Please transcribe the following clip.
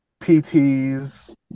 PTs